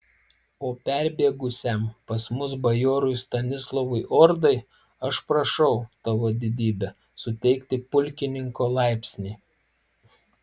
o perbėgusiam pas mus bajorui stanislovui ordai aš prašau tavo didybe suteikti pulkininko laipsnį